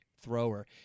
thrower